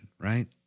right